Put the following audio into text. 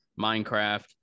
Minecraft